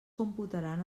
computaran